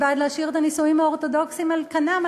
אני בעד להשאיר את הנישואים האורתודוקסיים על כנם,